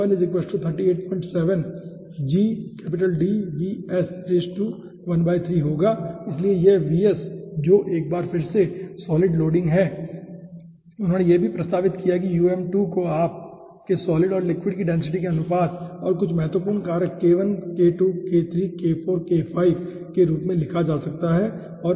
इसलिए यह Vs जो एक बार फिर से सॉलिड लोडिंग है और उन्होंने यह भी प्रस्तावित किया है कि um2 को आपके सॉलिड और लिक्विड की डेंसिटी के अनुपात और कुछ महत्वपूर्ण कारक k1 k2 k3 k4 k5 के रूप में लिखा जा सकता है ठीक है